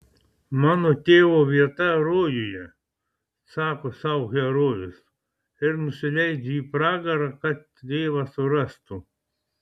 mano tėvo vieta rojuje sako sau herojus ir nusileidžia į pragarą kad tėvą surastų